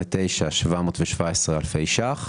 29,717 אלפי ₪,